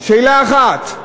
שאלה אחת.